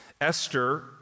Esther